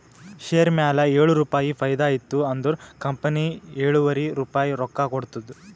share ಮ್ಯಾಲ ಏಳು ರುಪಾಯಿ ಫೈದಾ ಇತ್ತು ಅಂದುರ್ ಕಂಪನಿ ಎಳುವರಿ ರುಪಾಯಿ ರೊಕ್ಕಾ ಕೊಡ್ತುದ್